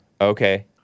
okay